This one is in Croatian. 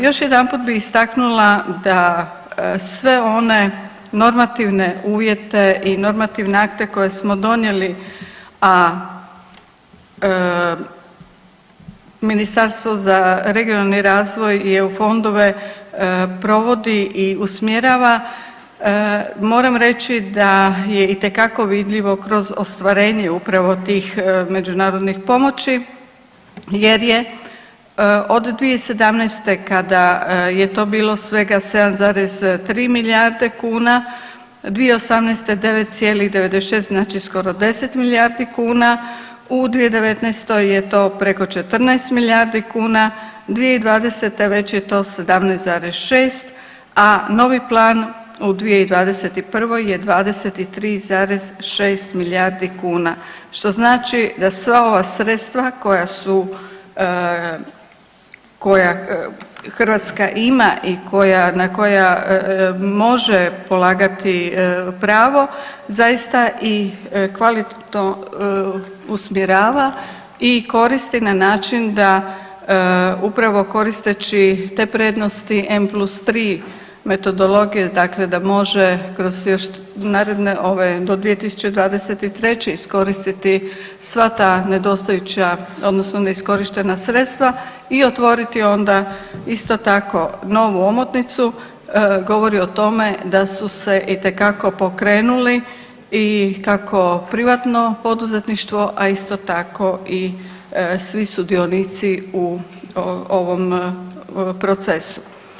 Još jedanput bih istaknula da sve one normativne uvjete i normativne akte koje smo donijeli, a Ministarstvo za regionalni razvoj je u fondove provodi i usmjerava moram reći da je itekako vidljivo kroz ostvarenje upravo tih međunarodnih pomoći, jer je od 2017. kada je to bilo svega 7,3 milijarde kuna, 2018. 9,96 znači skoro 10 milijardi kuna, u 2019. je to preko 14 milijardi kuna, 2020. već je to 17,6, a novi plan u 2021. je 23,6 milijardi kuna što znači da sva ova sredstva koja Hrvatska ima i na koja može polagati pravo zaista i kvalitetno usmjerava i koristi na način da upravo koristeći te prednosti M+3 metodologije dakle da može kroz još naredne ove do 2023. iskoristiti sva ta nedostajuća odnosno neiskorištena sredstva i otvoriti onda isto tako novu omotnicu, govori o tome da su se itekako pokrenuli i kako privatno poduzetništvo, a isto tako i svi sudionici u ovom procesu.